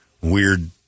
weird